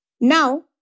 Now